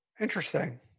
Interesting